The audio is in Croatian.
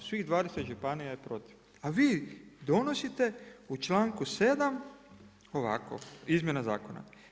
Svih 20 županija je protiv, a vi donosite u članku 7. ovako izmjena zakona.